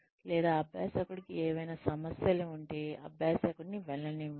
లేదా అభ్యాసకుడికి ఏవైనా సమస్యలు ఉంటే అభ్యాసకుడు నీ వెళ్లనివ్వండి